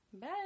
Bye